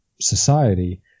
society